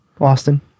Austin